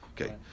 Okay